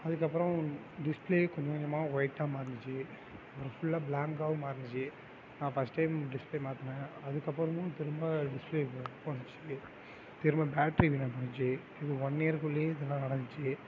அதுக்கு அப்புறம் டிஸ்பிளே கொஞ்சம் கொஞ்சமாக ஒயிட்டாக மாறின்னுச்சு அப்புறம் புல்லாக பிளாங்காகவும் மாறின்னுச்சு நான் ஃபர்ஸ்ட் டைம் டிஸ்பிளே மாற்றினேன் அதுக்கு அப்புறமும் டிஸ்பிளே திரும்ப ஒர்க் பண்ணுச்சு திரும்ப பேட்ரி வீணாக போணுச்சு இது ஒன் இயர்குள்ளேயே இதெல்லாம் நடந்துச்சு